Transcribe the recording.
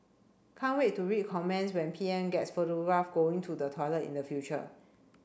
can't wait to read comments when P M gets photographed going to the toilet in the future